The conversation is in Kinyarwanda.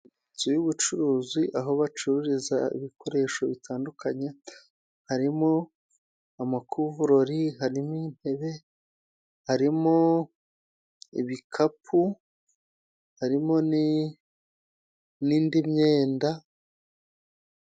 Inzu y'ubucuruzi aho bacururiza ibikoresho bitandukanye harimo: amakuvurori ,harimo intebe, harimo ibikapu, harimo ni n'indi myenda...